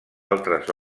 altres